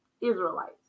Israelites